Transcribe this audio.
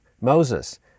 Moses